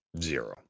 zero